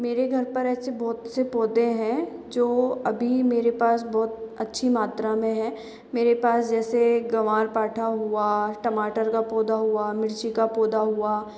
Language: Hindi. मेरे घर पर ऐसे बहुत से पौधे हैं जो अभी मेरे पास बहुत अच्छी मात्रा में हैं मेरे पास जैसे ग्वारपाठा हुआ टमाटर का पौधा हुआ मिर्ची का पौधा हुआ